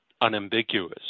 unambiguous